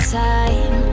time